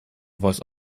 voice